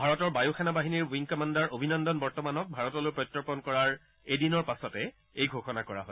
ভাৰতৰ বায়ুসেনা বাহিনীৰ উইং কমাণ্ডাৰ অভিনন্দন বৰ্তমানক ভাৰতলৈ প্ৰত্যাৰ্পন কৰাৰ এদিনৰ পাছতে এই ঘোষণা কৰা হয়